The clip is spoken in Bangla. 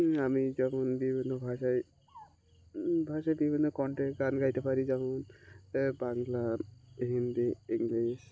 আমি যেমন বিভিন্ন ভাষায় ভাষায় বিভিন্ন কন্টেন্ট গাইতে পারি যেমন এ বাংলা হিন্দি ইংলিশ